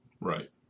Right